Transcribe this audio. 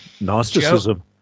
Gnosticism